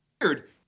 weird